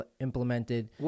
implemented